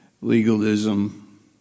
Legalism